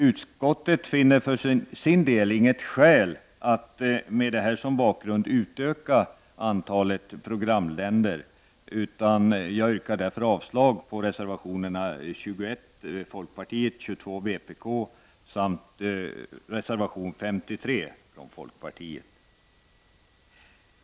Utskottet finner inte något skäl att, med detta som bakgrund, utöka antalet programländer, och jag yrkar därför avslag på reservationerna 21 av folkpartiet, 22 av vpk samt 53 av folkpartiet.